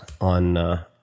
on